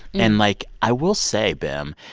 and, like, i will say, bim,